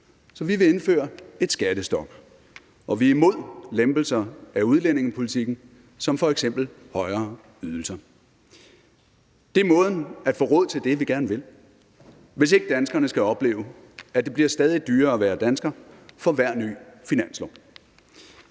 så vi vil indføre et skattestop, og vi er imod lempelser af udlændingepolitikken som f.eks. højere ydelser. Det er måden at få råd til det, som vi gerne vil, hvis ikke danskerne skal opleve, at det bliver stadig dyrere at være dansker for hver ny finanslov.